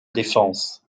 défense